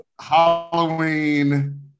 Halloween